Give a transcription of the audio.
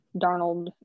Darnold